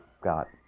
got